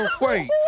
Wait